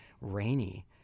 rainy